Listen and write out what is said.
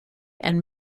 and